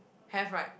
have right